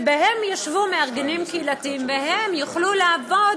שבהם ישבו מארגנים קהילתיים והם יוכלו לעבוד